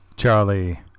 Charlie